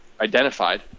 identified